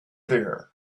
there